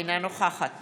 אינה נוכחת